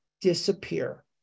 disappear